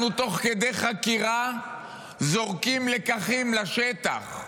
אנחנו תוך כדי חקירה זורקים לקחים לשטח.